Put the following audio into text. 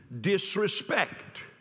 disrespect